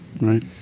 Right